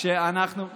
בוא נראה, בוא נראה.